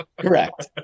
Correct